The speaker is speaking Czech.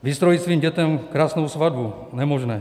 Vystrojit svým dětem krásnou svatbu, nemožné.